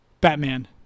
Batman